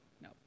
no